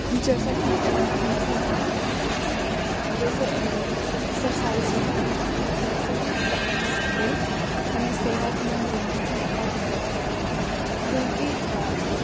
جیسا کہ ہم سب جانتے ہیں کہ جیسے ایکسرسائز ہوتی ہے ویسے ہی ڈانس بھی ہمیں صحت مند رہنے میں بہت مدد کرتا ہے کیوں کہ